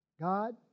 God